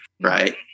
Right